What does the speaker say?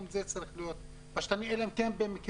גם זה צריך להיות פשוט אלא אם כן במקרים,